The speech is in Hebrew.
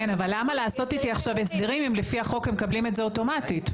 למה לעשות הסדרים אם לפי החוק מקבלים את זה אוטומטית?